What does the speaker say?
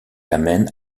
l’amène